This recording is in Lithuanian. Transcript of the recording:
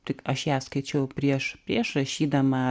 tik aš ją skaičiau prieš prieš rašydama